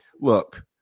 Look